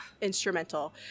instrumental